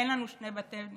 אין לנו שני בתי נבחרים,